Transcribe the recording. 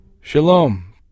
Shalom